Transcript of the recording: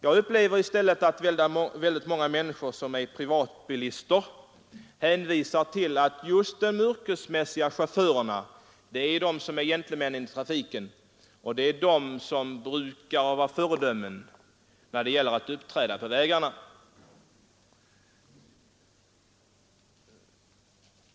Jag upplever det i stället så att många privatbilister anser att just yrkeschaufförerna är gentlemännen i trafiken och föredömen när det gäller att uppträda på vägarna.